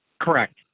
Correct